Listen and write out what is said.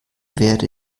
werde